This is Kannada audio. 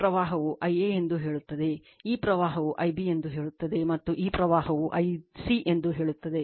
ಈ ಪ್ರವಾಹವು Ia ಎಂದು ಹೇಳುತ್ತದೆ ಈ ಪ್ರವಾಹವು Ib ಎಂದು ಹೇಳುತ್ತದೆ ಮತ್ತು ಈ ಪ್ರವಾಹವು Ic ಎಂದು ಹೇಳುತ್ತದೆ